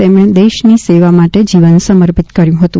તેમણે દેશની સેવા માટ જીવન સમર્પિત કર્યું હતું